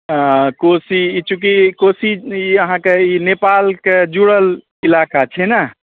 कोशी चूँकि कोशी अहाँके नेपालके जुड़ल इलाका छै ने